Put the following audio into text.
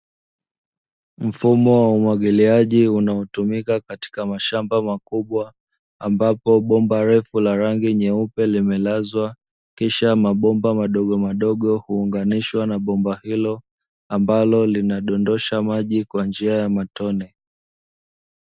Mfumo wa umwagiliaji unaotumika katika mashamba makubwa ambapo bomba refu la rangi nyeupe limelazwa, kisha mabomba madogomadogo huunganishwa na bomba hilo ambalo linadondosha maji kwa njia ya matone.